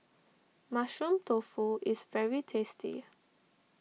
Mushroom Tofu is very tasty